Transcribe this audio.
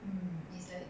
mm it's like